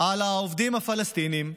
על העובדים הפלסטינים,